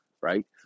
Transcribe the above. Right